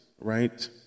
right